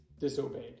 disobeyed